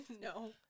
no